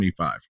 25